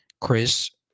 Chris